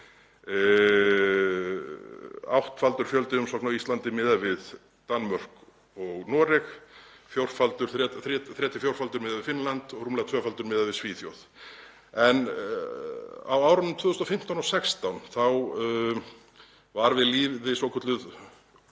Áttfaldur fjöldi umsókna á Íslandi miðað við Danmörku og Noreg, þrefaldur til fjórfaldur miðað við Finnland og rúmlega tvöfaldur miðað við Svíþjóð. Á árunum 2015–2016 var við lýði svokölluð,